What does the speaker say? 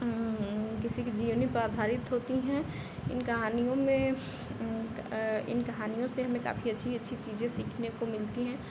जैसे की जीवनी पर आधारित होती है इन कहानियों में इन कहानियों से हमें काफ़ी अच्छी अच्छी चीज़ें सीखने को मिलती हैं